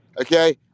okay